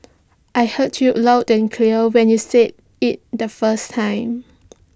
I heard you loud and clear when you said IT the first time